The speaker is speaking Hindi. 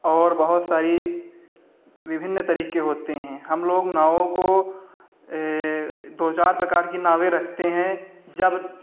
और बहुत सारी विभिन्न तरीके होते हैं हम लोग नावों को दो चार प्रकार की नावें रखते हैं जब